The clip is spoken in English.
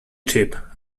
cheap